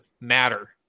matter